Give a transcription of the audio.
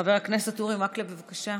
חבר הכנסת אורי מקלב, בבקשה.